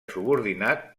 subordinat